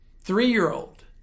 three-year-old